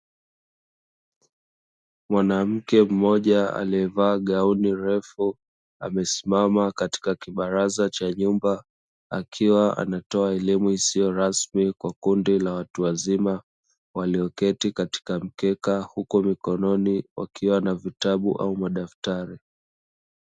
Mwanamke mmoja aliyevaa gauni refu amesimama katika kibaraza cha nyumba, akiwa anatoa elimu isiyo rasmi kwa kundi la watu wazima walioketi katika mkeka huku mikononi wakiwa na vitabu au madaftari.